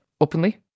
openly